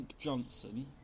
Johnson